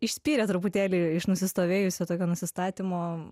išspyrė truputėlį iš nusistovėjusio tokio nusistatymo